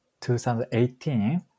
2018